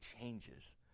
changes